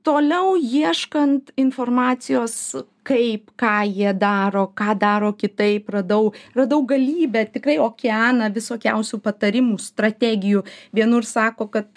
toliau ieškant informacijos kaip ką jie daro ką daro kitaip radau radau galybę tikrai okeaną visokiausių patarimų strategijų vienur sako kad